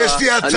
יש לי הצעה: